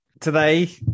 today